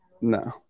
no